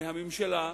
מהממשלה,